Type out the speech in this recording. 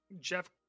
jeff